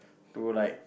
to like